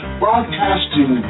broadcasting